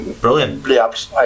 brilliant